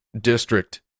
district